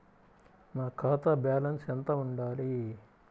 నా ఖాతా బ్యాలెన్స్ ఎంత ఉండాలి?